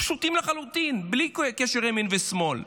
פשוטים לחלוטין, בלי קשר לימין ושמאל,